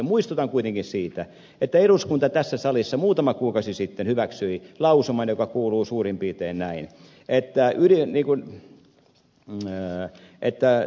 muistutan kuitenkin siitä että eduskunta tässä salissa muutama kuukausi sitten hyväksyi lausuman joka kuuluu suurin piirtein näin